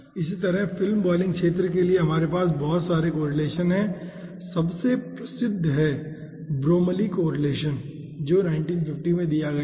इसी तरह film boiling क्षेत्र के लिए हमारे पास बहुत सारे कोरिलेसन हैं सबसे प्रसिद्ध है ब्रोमली कोरिलेसन जो 1950 में दिया गया है